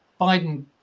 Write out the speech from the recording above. biden